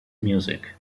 music